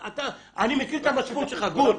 אני מכיר את המצפון שלך, גור.